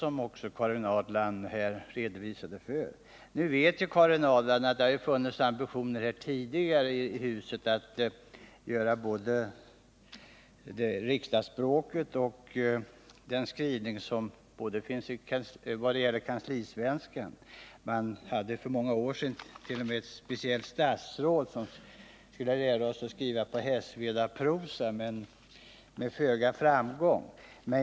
Som Karin Ahrland väl känner till har man tidigare här i huset haft ambitionen att förenkla både riksdagsspråket och den s.k. kanslisvenskan. För många år sedan fanns dett.o.m. ett statsråd som skulle lära oss att skriva på Hästvedaprosa — men med föga framgång.